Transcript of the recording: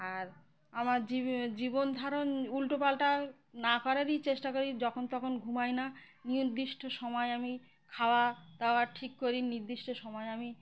আর আমার জীব জীবনধারণ উল্টো পাল্টা না করারই চেষ্টা করি যখন তখন ঘুমাই না নির্দিষ্ট সময় আমি খাওয়া দাওয়া ঠিক করি নির্দিষ্ট সময়ে আমি